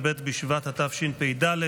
בשבט התשפ"ד,